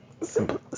Simple